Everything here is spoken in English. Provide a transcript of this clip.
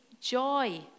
joy